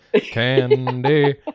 candy